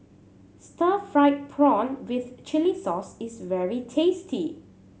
stir fried prawn with chili sauce is very tasty